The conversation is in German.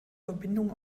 verbindung